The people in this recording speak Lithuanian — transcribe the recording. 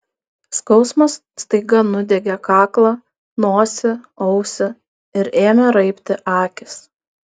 skausmas staiga nudiegė kaklą nosį ausį ir ėmė raibti akys